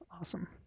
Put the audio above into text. awesome